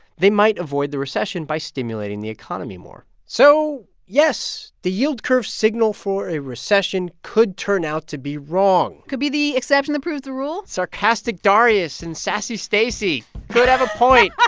they might avoid the recession by stimulating the economy more so yes, the yield curve's signal for a recession could turn out to be wrong could be the exception that proves the rule sarcastic darius and sassy stacey could have a point